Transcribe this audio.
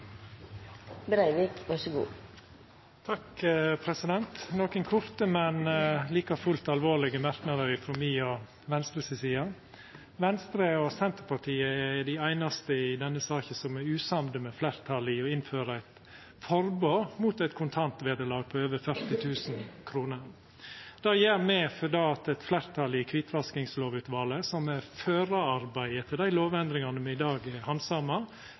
Venstre si side: Venstre og Senterpartiet er dei einaste partia i denne saka som er usamde med fleirtalet i å innføra eit forbod mot eit kontantvederlag på over 40 000 kr. Det er me fordi eit fleirtal i kvitvaskingslovutvalet, som er forarbeidet til dei lovendringane me i dag